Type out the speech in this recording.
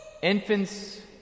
Infants